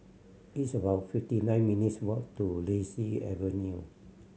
it's about fifty nine minutes' walk to Daisy Avenue